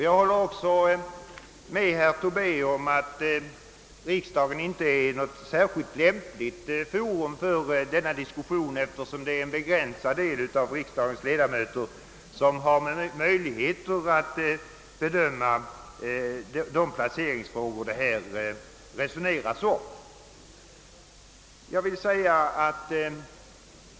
Jag håller med herr Tobé om att riksdagen inte är något särskilt lämpligt forum för denna diskussion, eftersom endast en begränsad del av riksdagsledamöterna har möjlighet att bedöma de placeringsfrågor vi resonerar om.